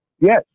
yes